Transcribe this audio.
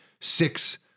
six